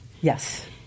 Yes